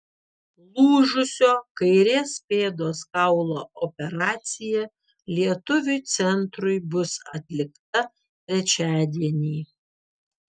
lūžusio kairės pėdos kaulo operacija lietuviui centrui bus atlikta trečiadienį